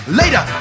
later